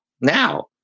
now